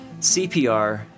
CPR